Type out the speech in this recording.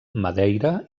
madeira